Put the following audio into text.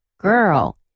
girl